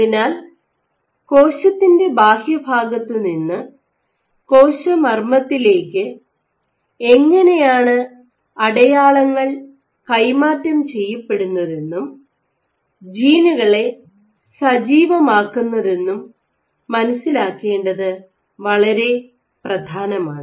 അതിനാൽ കോശത്തിന്റെ ബാഹ്യഭാഗത്തുനിന്ന് കോശമർമ്മത്തിലേക്ക് എങ്ങനെയാണു അടയാളങ്ങൾ കൈമാറ്റം ചെയ്യപ്പെടുന്നതെന്നും ജീനുകളെ സജീവമാക്കുന്നതെന്നും മനസ്സിലാക്കേണ്ടത് വളരെ പ്രധാനമാണ്